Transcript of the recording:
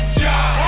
job